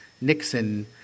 Nixon